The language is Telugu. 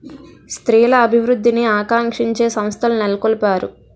స్త్రీల అభివృద్ధిని ఆకాంక్షించే సంస్థలు నెలకొల్పారు